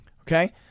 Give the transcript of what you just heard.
Okay